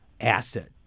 asset